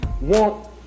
want